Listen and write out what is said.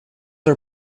our